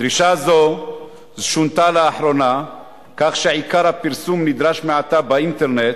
דרישה זו שונתה לאחרונה כך שעיקר הפרסום נדרש מעתה באינטרנט,